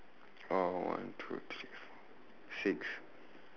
oh one two three six